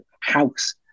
house